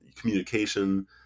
communication